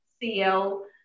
CL